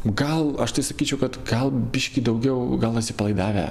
gal aš tai sakyčiau kad gal biškį daugiau gal atsipalaidavę